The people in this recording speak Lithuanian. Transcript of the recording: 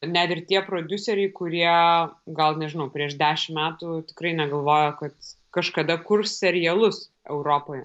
net ir tie prodiuseriai kurie gal nežinau prieš dešim metų tikrai negalvojo kad kažkada kurs serialus europoje